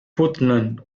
putnam